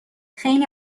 خیلی